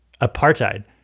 apartheid